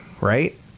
right